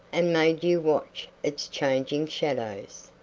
and made you watch its changing shadows.